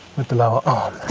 with the lower ah